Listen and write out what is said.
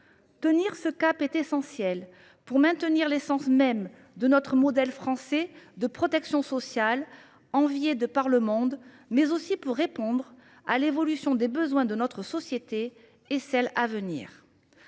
Tenir ce cap est essentiel non seulement pour maintenir l’essence même de notre modèle français de protection sociale, envié de par le monde, mais aussi pour répondre à l’évolution des besoins de notre société, aujourd’hui